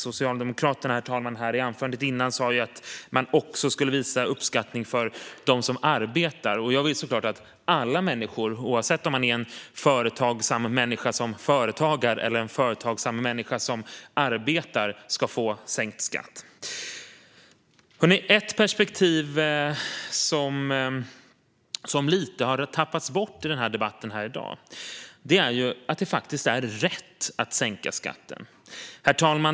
Socialdemokraterna sa i det föregående anförandet att man också skulle visa uppskattning för dem som arbetar. Jag vill såklart att alla människor, oavsett om det är en företagsam människa som företagar eller en företagsam människa som arbetar, ska få sänkt skatt. Ett perspektiv som har tappats bort lite i debatten här i dag är att det faktiskt är rätt att sänka skatten.